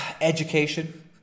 education